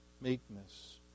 meekness